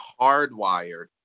hardwired